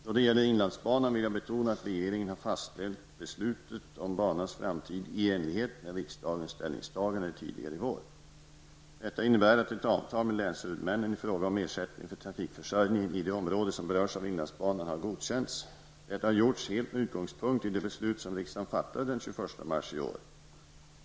Då det gäller inlandsbanan vill jag betona att regeringen har verkställt beslutet om banans framtid i enlighet med riksdagens ställningstagande tidigare i vår. Detta innebär att ett avtal med länshuvudmännen i fråga om ersättning för trafikförsörjningen i det område som berörs av inlandsbanan har godkänts. Detta har gjorts helt med utgångspunkt i det beslut som riksdagen fattade den 21 mars i år.